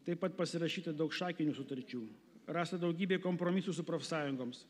taip pat pasirašyta daug šakinių sutarčių rasta daugybė kompromisų su profsąjungoms